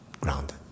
Ground